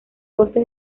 costo